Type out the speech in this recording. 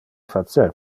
facer